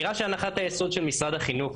נראה שהנחת היסוד של משרד החינוך,